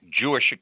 Jewish